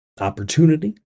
opportunity